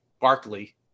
Barkley